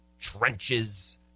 trenches